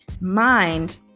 mind